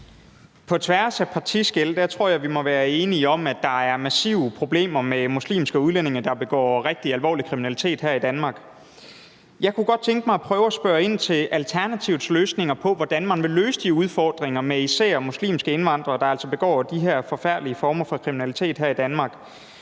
På tværs af partiskel tror jeg vi må være enige om, at der er massive problemer med muslimske udlændinge, der begår rigtig alvorlig kriminalitet her i Danmark. Jeg kunne godt tænke mig at prøve at spørge ind til Alternativets bud på, hvordan man vil løse udfordringerne med især muslimske indvandrere, der altså begår de her forfærdelige former for kriminalitet her i Danmark.